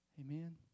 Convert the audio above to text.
Amen